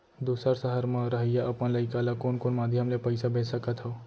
दूसर सहर म रहइया अपन लइका ला कोन कोन माधयम ले पइसा भेज सकत हव?